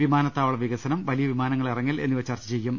വിമാനത്താവള വികസനം വലിയ വിമാനങ്ങൾ ഇറങ്ങൽ എന്നിവ ചർച്ച ചെയ്യും